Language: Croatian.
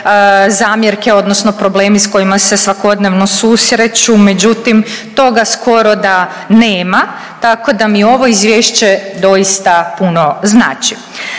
zamjerke odnosno problemi s kojima se svakodnevno susreću, međutim toga skoro da nema, tako da mi ovo izvješće doista puno znači.